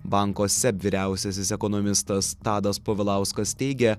banko seb vyriausiasis ekonomistas tadas povilauskas teigia